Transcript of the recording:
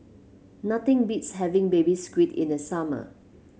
nothing beats having Baby Squid in the summer